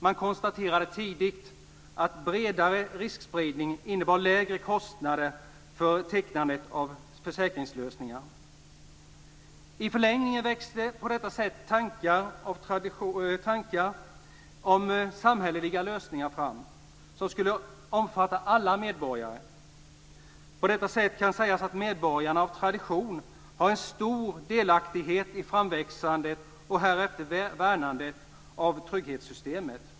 Man konstaterade tidigt att en bredare riskspridning innebar lägre kostnader för tecknandet av försäkringslösningar. I förlängningen växte på detta sätt tankar om samhälleliga lösningar fram som skulle omfatta alla medborgare. På det sättet kan medborgarna sägas ha stor delaktighet i framväxandet och härefter värnandet av trygghetssystemet.